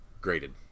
graded